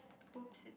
!oops! it's